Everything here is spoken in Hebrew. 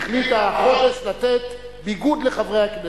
החליטה החודש לתת ביגוד לחברי הכנסת.